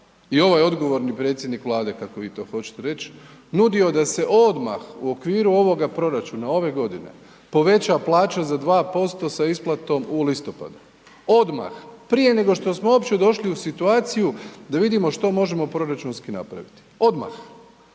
i ovaj odgovorni predsjednik Vlade kako vi to hoćete reći nudio da se odmah u okviru ovoga proračuna, ove godine poveća plaća za 2% sa isplatom u listopadu. Odmah, prije nego što smo uopće došli u situaciju da vidimo što možemo proračunski napraviti, odmah.